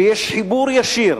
שיש חיבור ישיר